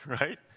right